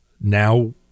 now